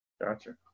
Gotcha